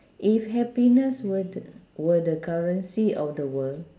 if happiness were t~ were the currency of the world